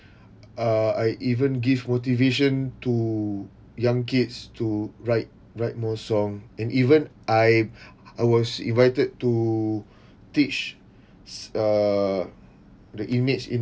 uh I even give motivation to young kids to write write more song and even I I was invited to teach s~ err the inmates in